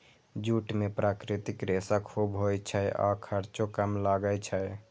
jute मे प्राकृतिक रेशा खूब होइ छै आ खर्चो कम लागै छै